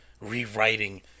rewriting